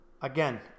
again